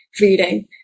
reading